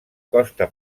costa